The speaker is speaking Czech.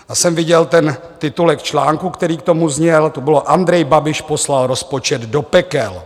Já jsem viděl ten titulek článku, který k tomu zněl: Andrej Babiš poslal rozpočet do pekel.